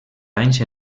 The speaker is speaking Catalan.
anys